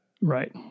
Right